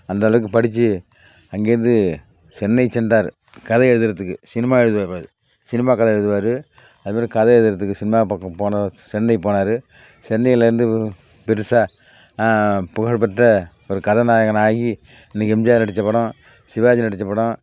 அந்தளவுக்கு படித்து அங்கேயிருந்து சென்னை சென்றார் கதை எழுதுகிறதுக்கு சினிமா எழுதுகிற மாதிரி சினிமா கதை எழுதுவார் அதுமாரி கதை எழுதுகிறதுக்கு சினிமா பக்கம் போனவர் சென்னை போனார் சென்னையிலிருந்து பெருசாக புகழ் பெற்ற ஒரு கதநாயகனாக ஆகி இன்றைக்கு எம்ஜிஆர் நடித்த படம் சிவாஜி நடித்த படம்